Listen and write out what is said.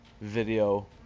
video